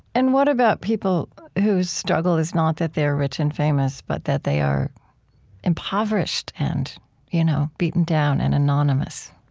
and what about people whose struggle is not that they're rich and famous, but that they are impoverished, and you know beaten down, and anonymous?